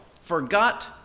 forgot